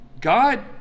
god